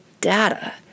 data